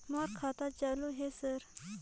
मोर खाता चालु हे सर?